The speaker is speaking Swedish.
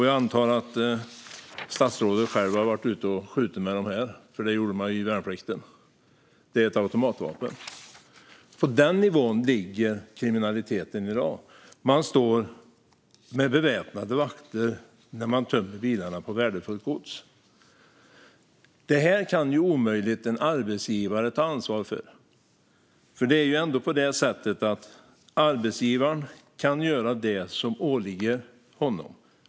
Jag antar att statsrådet själv har varit ute och skjutit med en sådan, för det gjorde man i värnplikten. Det är ett automatvapen. På den nivån ligger kriminaliteten i dag. Man står med beväpnade vakter när man tömmer bilarna på värdefullt gods. Detta kan ju omöjligen en arbetsgivare ta ansvar för. Arbetsgivarna kan göra det som åligger dem.